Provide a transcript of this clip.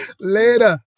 Later